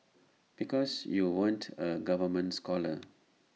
because you weren't A government scholar